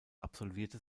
absolvierte